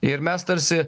ir mes tarsi